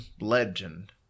legend